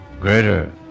greater